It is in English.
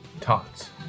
Tots